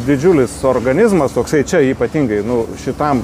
didžiulis organizmas toksai čia ypatingai nu šitam